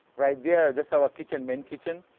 right there, that's our kitchen, main kitchen.